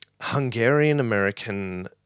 Hungarian-American